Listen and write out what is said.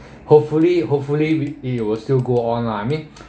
hopefully hopefully it will still go on lah I mean